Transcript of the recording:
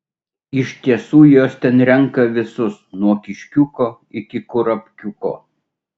iš tiesų jos ten renka visus nuo kiškiuko iki kurapkiuko